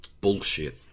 Bullshit